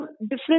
different